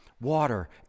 Water